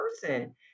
person